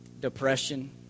depression